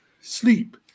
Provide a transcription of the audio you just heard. sleep